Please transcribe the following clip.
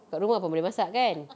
dekat rumah pun boleh masak kan